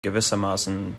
gewissermaßen